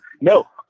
No